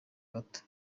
gato